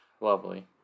lovely